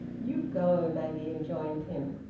you go! maggie enjoined him.